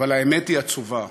אבל האמת היא עצובה: